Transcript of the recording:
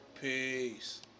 Peace